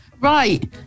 Right